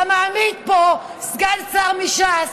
אתה מעמיד פה סגן שר מש"ס,